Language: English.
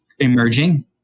emerging